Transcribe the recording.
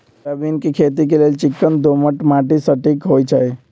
soybean के खेती लेल चिक्कन दोमट माटि सटिक होइ छइ